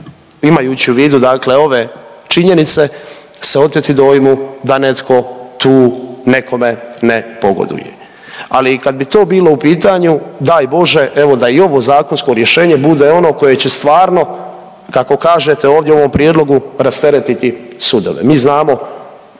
imajući u vidu dakle ove činjenice se oteti dojmu da netko tu nekome ne pogoduje. Ali i kad bi i to bilo u pitanju, daj Bože, evo da i ovo zakonsko rješenje bude ono koje će stvarno, kako kažete ovdje u ovom prijedlogu, rasteretiti sudove. Mi znamo,